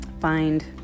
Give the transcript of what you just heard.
find